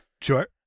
Sure